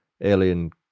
Alien